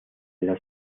las